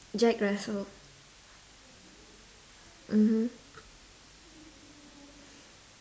jack russell mmhmm